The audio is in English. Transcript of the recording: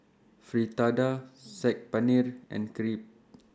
Fritada Saag Paneer and Crepe